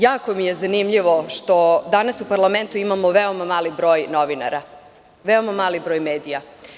Jako mi je zanimljivo što danas u parlamentu imamo veoma mali broj novinara, veoma mali broj medija.